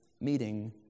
meeting